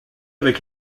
avec